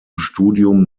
studium